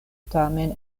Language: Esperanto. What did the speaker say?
tamen